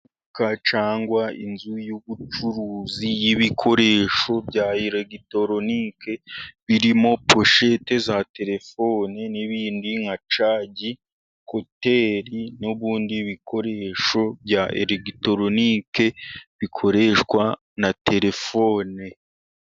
Butike cyangwa inzu y'ubucuruzi y'ibikoresho bya elegitoronike. Birimo poshete za telefoni n'ibindi nka cyagi, ekuteri n'ibundi bikoresho bya elegitoronike bikoreshwa na terefone.